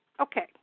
okay